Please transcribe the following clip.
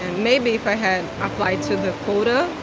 maybe if i had applied to the quota,